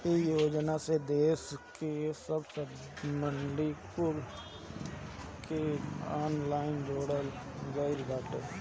इ योजना से देस के सब मंडी कुल के ऑनलाइन जोड़ल गईल बाटे